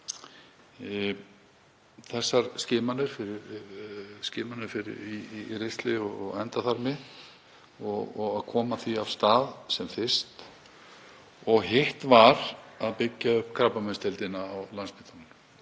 einmitt skimanir í ristli og endaþarmi og að koma því af stað sem fyrst, og hitt var að byggja upp krabbameinsdeildina á Landspítalanum.